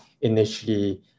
initially